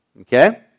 Okay